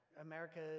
america